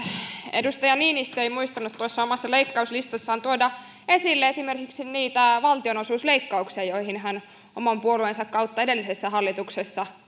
edustaja niinistö ei muistanut tuossa omassa leikkauslistassaan tuoda esille esimerkiksi niitä valtionosuusleikkauksia joihin hän oman puolueensa kautta edellisessä hallituksessa